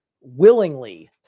willingly